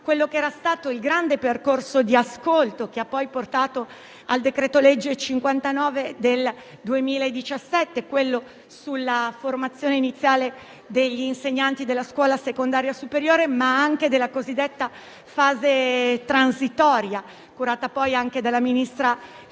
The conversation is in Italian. trasformare in norma il grande percorso di ascolto che ha poi portato al decreto-legge 13 aprile 2017, n. 59, sulla formazione iniziale degli insegnanti della scuola secondaria superiore, ma anche la cosiddetta fase transitoria, curata poi anche dalla ministra Fedeli